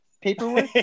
paperwork